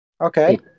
Okay